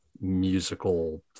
musical